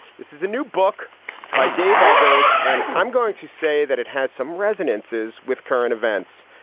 this is a new book by dave eggers. and i'm going to say that it has some resonances with current events.